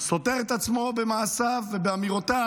סותר את עצמו במעשיו ובאמירותיו